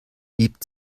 lebt